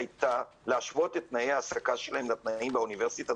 היתה להשוות את תנאי העסקה שלהם לתנאים באוניברסיטה.